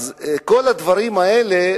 בכל הדברים האלה,